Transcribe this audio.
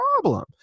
problem